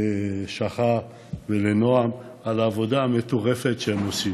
לשחר ולנועם, על העבודה המטורפת שהם עושים.